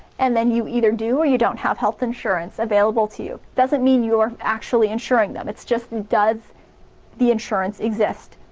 and then you either do, or you don't have health insurance available to you doesn't mean you're actually insuring them it's just does the insurance exist.